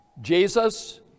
Jesus